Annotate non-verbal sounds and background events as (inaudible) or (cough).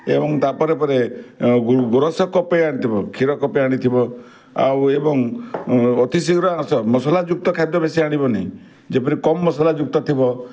ଏବଂ ତା ପରେ ପରେ (unintelligible) କପେ ଆଣିଥିବ କ୍ଷୀର କପେ ଆଣିଥିବ ଆଉ ଏବଂ ଅତି ଶ୍ରୀଘ୍ର ଆସ ମସଲା ଯୁକ୍ତ ଖାଦ୍ୟ ବେଶୀ ଆଣିବନି ଯେପରି କମ୍ ମସଲା ଯୁକ୍ତ ଥିବ